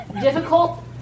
difficult